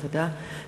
תודה.